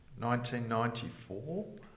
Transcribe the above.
1994